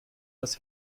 das